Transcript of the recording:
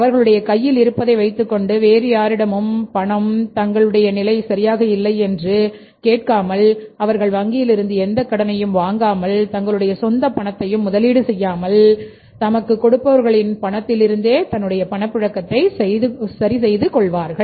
அவர்களுடைய கையில் இருப்பதை வைத்துக் கொண்டு வேறு யாரிடமும் பணம் கேட்காமல் தங்களுடைநிலையை சரியானதாக பார்த்துக்கொள்வார்கள் வங்கியில் இருந்து எந்தக் கடனையும் வாங்காமல் தங்களுடைய சொந்தப் பணத்தையும் முதலீடு செய்யாமல் தனக்கு கொடுப்பவர்களின் பணத்தில் இருந்தே தன்னுடைய பணப்புழக்கத்தை சரி செய்து கொள்ளும்